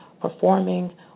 performing